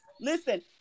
listen